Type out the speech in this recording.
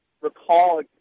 recall